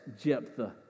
Jephthah